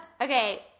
Okay